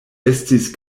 estis